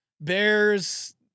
bears